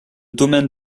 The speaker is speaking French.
domaine